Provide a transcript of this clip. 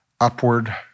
upward